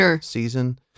season